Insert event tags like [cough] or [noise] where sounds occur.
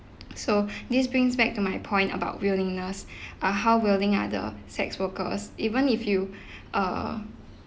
so [breath] this brings back to my point about willingness [breath] uh how willing are the sex workers even if you err